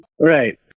Right